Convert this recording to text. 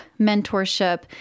mentorship